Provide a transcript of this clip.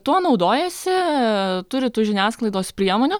tuo naudojasi turi tų žiniasklaidos priemonių